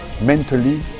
mentally